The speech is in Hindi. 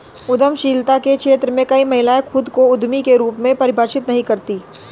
उद्यमशीलता के क्षेत्र में कई महिलाएं खुद को उद्यमी के रूप में परिभाषित नहीं करती